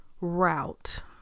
route